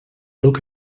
look